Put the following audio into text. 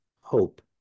hope